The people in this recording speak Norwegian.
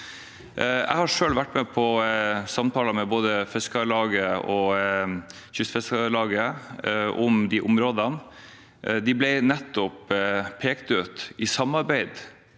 Jeg har selv vært med på samtaler med både Fiskarlaget og Kystfiskarlaget om de områdene. De ble nettopp pekt ut i samarbeidet